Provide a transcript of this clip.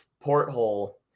porthole